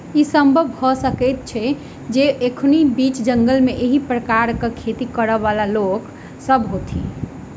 ई संभव भ सकैत अछि जे एखनो बीच जंगल मे एहि प्रकारक खेती करयबाला लोक सभ होथि